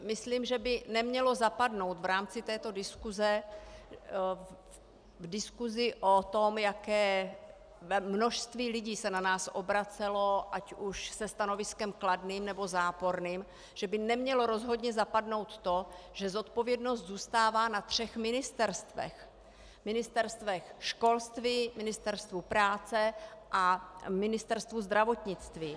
Myslím, že by nemělo zapadnout v rámci této diskuse, v diskusi o tom, jaké množství lidí se na nás obracelo ať už se stanoviskem kladným, nebo záporným, že by nemělo rozhodně zapadnout to, že zodpovědnost zůstává na třech ministerstvech Ministerstvu školství, Ministerstvu práce a Ministerstvu zdravotnictví.